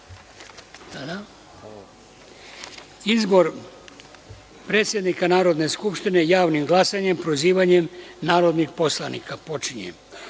predsednika Narodne skupštine javnim glasanjem, prozivanjem narodnih poslanika. Pošto je